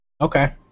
Okay